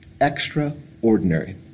Extraordinary